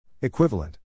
Equivalent